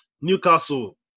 Newcastle